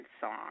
song